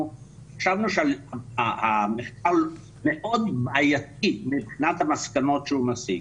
חשבנו שהמחקר הוא מאוד בעייתי מבחינת המסקנות שהוא מציג.